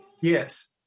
Yes